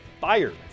fired